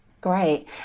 great